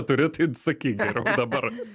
turi tai sakyk geriau dabar